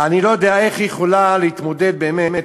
אני לא יודע איך היא יכולה להתמודד, באמת,